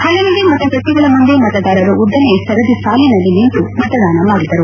ಪಲವೆಡೆ ಮತಗಟ್ಟೆಗಳ ಮುಂದೆ ಮತದಾರರು ಉದ್ದನೆಯ ಸರದಿ ಸಾಲಿನಲ್ಲಿ ನಿಂತು ಮತದಾನ ಮಾಡಿದರು